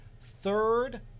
third